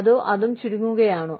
അതോ ചുരുങ്ങുകയാണോ